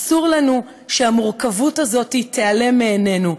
אסור לנו שהמורכבות הזאת תיעלם מעינינו,